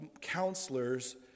counselors